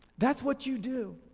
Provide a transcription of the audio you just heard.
that's what you do.